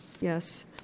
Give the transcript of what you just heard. yes